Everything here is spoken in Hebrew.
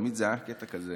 תמיד היה קטע כזה